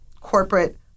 corporate